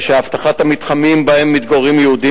אבטחת המתחמים שבהם מתגוררים יהודים